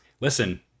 listen